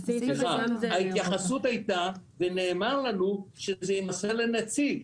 ההתייחסות הייתה ונאמר לנו שזה יימסר לנציג.